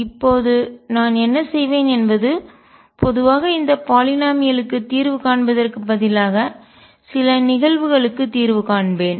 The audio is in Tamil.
இப்போது நான் என்ன செய்வேன் என்பது பொதுவாக இந்த பாலிநாமியல் க்கு தீர்வு காண்பதற்கு பதிலாக சில நிகழ்வுகளுக்கு தீர்வு காண்பேன்